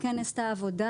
כן נעשתה עבודה,